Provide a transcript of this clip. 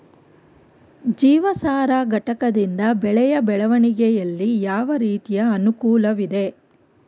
ಜೀವಸಾರ ಘಟಕದಿಂದ ಬೆಳೆಯ ಬೆಳವಣಿಗೆಯಲ್ಲಿ ಯಾವ ರೀತಿಯ ಅನುಕೂಲವಿದೆ?